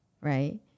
right